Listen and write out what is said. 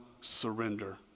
surrender